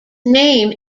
name